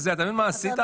אתה מבין מה עשית?